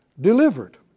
delivered